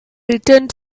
returned